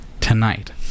tonight